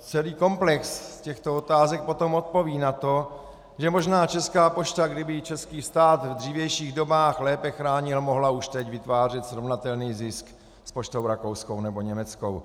Celý komplex těchto otázek potom odpoví na to, že možná Česká pošta, kdyby ji český stát v dřívějších dobách lépe chránil, mohla už teď vytvářet srovnatelný zisk s poštou rakouskou nebo německou.